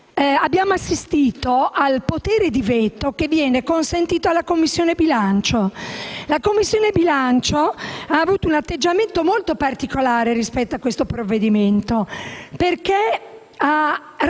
abbiamo assistito al potere di veto che viene consentito alla Commissione bilancio. La Commissione bilancio ha mostrato un atteggiamento molto particolare rispetto al provvedimento al nostro